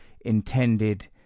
intended